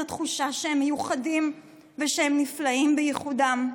התחושה שהם מיוחדים ושהם נפלאים בייחודם.